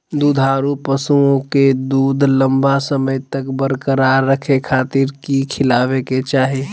दुधारू पशुओं के दूध लंबा समय तक बरकरार रखे खातिर की खिलावे के चाही?